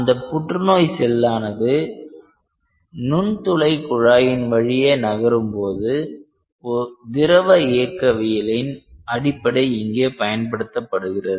அந்த புற்றுநோய் செல்லானது நுண்துளை குழாயின் வழியே நகரும்போது திரவ இயக்கவியலின் அடிப்படை இங்கே பயன்படுத்தப்படுகிறது